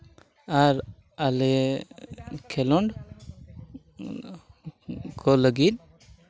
ᱟᱨ ᱟᱞᱮ ᱠᱷᱮᱞᱳᱰ ᱠᱚ ᱞᱟᱹᱜᱤᱫ